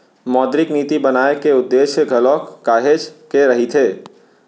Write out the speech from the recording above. मौद्रिक नीति बनाए के उद्देश्य घलोक काहेच के रहिथे